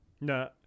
no